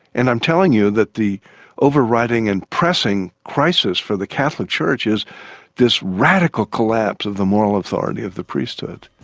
and i'm telling you that the overriding and pressing crisis for the catholic church is this radical collapse of the moral authority of the priesthood.